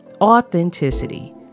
authenticity